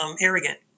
arrogant